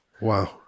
wow